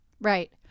Right